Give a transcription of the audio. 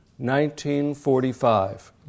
1945